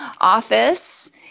office